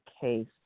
case